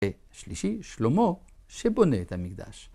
ושלישי שלמה שבונה את המקדש.